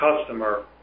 customer